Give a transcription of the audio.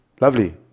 Lovely